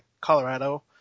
Colorado